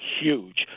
huge